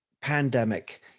pandemic